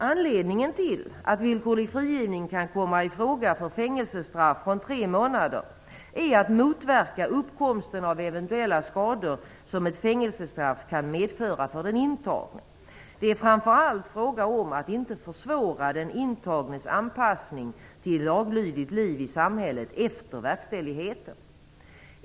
Anledningen till att villkorlig frigivning kan komma i fråga för fängelsestraff från tre månader, är att motverka uppkomsten av eventuella skador som ett fängelsestraff kan medföra för den intagne. Det är framför allt fråga om att inte försvåra den intagnes anpassning till ett laglydigt liv i samhället efter verkställigheten.